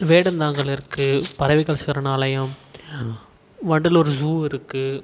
வேடந்தாங்கல் இருக்குது பறவைகள் சரணாலயம் வண்டலூர் ஜூ இருக்குது